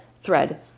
thread